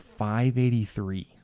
583